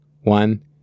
one